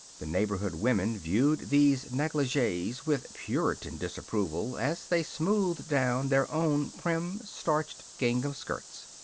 the neighborhood women viewed these negligees with puritan disapproval as they smoothed down their own prim, starched gingham skirts.